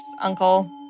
uncle